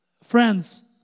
Friends